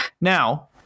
Now